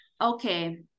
okay